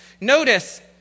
Notice